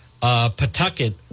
Pawtucket